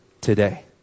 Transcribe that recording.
today